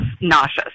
nauseous